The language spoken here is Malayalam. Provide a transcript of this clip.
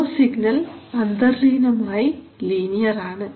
ഫ്ലോ സിഗ്നൽ അന്തർലീനമായി ലീനിയർ ആണ്